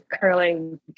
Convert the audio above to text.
curling